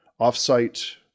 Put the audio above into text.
offsite